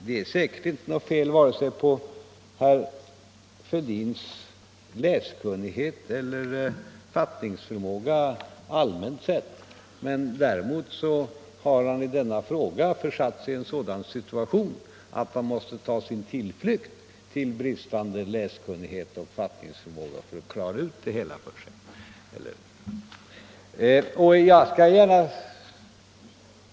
Det är säkert inte något fel vare sig på herr Fälldins läskunnighet eller på hans fattningsförmåga allmänt sett. Däremot har han i denna fråga försatt sig i en sådan situation att han måste ta sin tillflykt till bristande läskunnighet och fattningsförmåga för att klara sig ur den.